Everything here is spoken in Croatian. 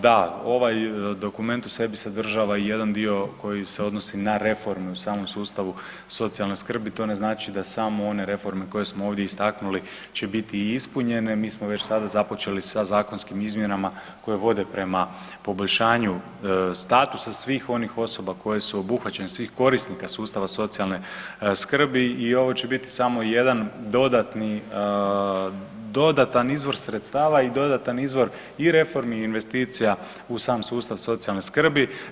Da, ovaj dokument u sebi sadržava i jedan dio koji se odnosi na reformu u samom sustavu socijalne skrbi, to ne znači da samo one reforme koje smo ovdje istaknuli će biti ispunjene, mi smo već sada započeli sa zakonskim izmjenama koje vode prema poboljšanju statusa svih onih osoba koje su obuhvaćene, svih korisnika sustava socijalne skrbi i ovo će biti samo jedan dodatan izvor sredstava i dodatan izvor i reformi i investicija u sam sustav socijalne skrbi.